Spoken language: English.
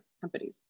companies